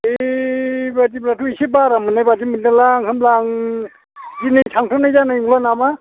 बे बादिब्लाथ' एसे बारा मोननायबादि मोनदों आं होनब्ला आं दिनै थांथ'नाय जानाय नंला नामा